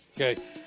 Okay